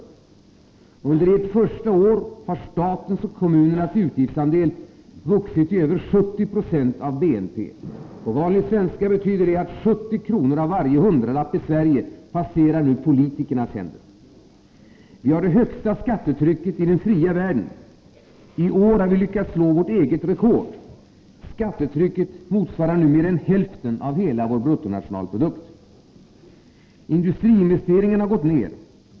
Under socialdemokraternas första år vid makten har statens och kommunernas utgiftsandel vuxit till över 70 26 av BNP. På vanlig svenska betyder det att 70 kr. av varje hundralapp i Sverige nu passerar politikernas händer. Vi har det högsta skattetrycket i den fria världen. I år har vi lyckats slå vårt eget rekord. Skattetrycket motsvarar nu mer än hälften av hela vår bruttonationalprodukt. Industriinvesteringarna har gått ned.